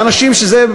לאנשים שזה,